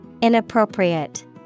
Inappropriate